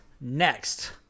next